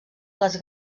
les